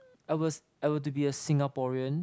I was I were to be a Singaporean